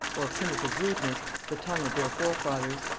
or primitive rudeness, the tongue of their forefathers.